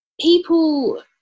people